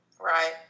right